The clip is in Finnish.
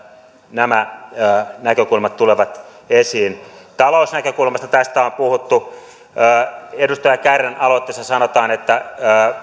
nämä näkökulmat tulevat esiin talousnäkökulmasta on puhuttu edustaja kärnän aloitteessa sanotaan että